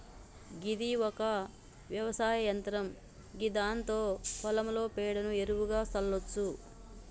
గిది ఒక వ్యవసాయ యంత్రం గిదాంతో పొలంలో పేడను ఎరువుగా సల్లచ్చు